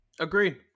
Agreed